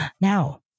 now